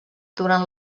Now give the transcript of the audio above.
durant